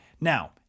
Now